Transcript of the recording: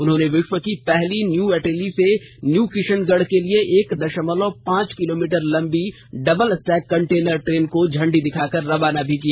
उन्होंने विश्व की पहली न्यू अटेली से न्यू किशनगढ़ के लिए एक दशमलव पांच किलोमीटर लंबी डबल स्टैक कंटेनर ट्रेन को झंडी दिखाकर रवाना भी किया